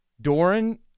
Doran